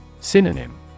synonym